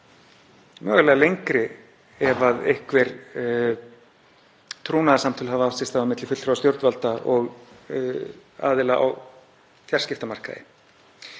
mögulega lengri ef einhver trúnaðarsamtöl hafa átt sér stað milli fulltrúa stjórnvalda og aðila á fjarskiptamarkaði.